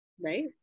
Right